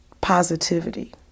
positivity